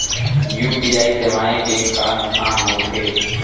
UPI सेवाएं के का नुकसान हो थे?